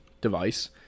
device